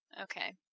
Okay